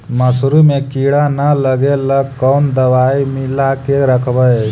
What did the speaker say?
मसुरी मे किड़ा न लगे ल कोन दवाई मिला के रखबई?